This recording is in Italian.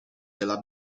della